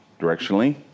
directionally